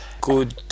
good